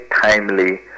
timely